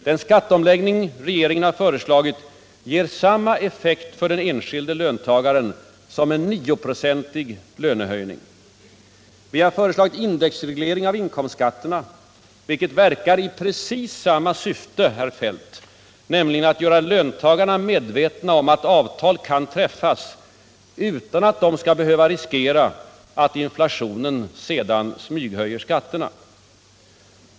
Den skatteomläggning regeringen har föreslagit ger samma effekt för den enskilde löntagaren som en nioprocentig lönehöjning. Vi har föreslagit indexreglering av inkomstskatterna, vilket verkar i precis samma syfte, herr Feldt, nämligen att göra löntagarna medvetna om att avtal kan träffas utan att de skall behöva riskera att inflationen smyghöjer skatterna.